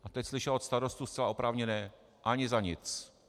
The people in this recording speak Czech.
A teď slyšela od starostů zcela oprávněné: ani za nic.